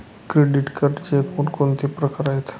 Credit कार्डचे कोणकोणते प्रकार आहेत?